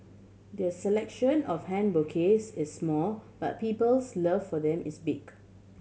their selection of hand bouquets is small but people's love for them is big